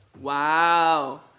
Wow